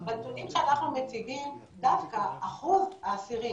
בנתונים שאנחנו מציגים דווקא אחוז האסירים